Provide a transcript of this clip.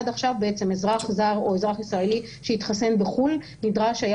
עד עכשיו בעצם אזרח זר או אזרח ישראלי שהתחסן בחו"ל נדרש היה